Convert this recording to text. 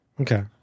okay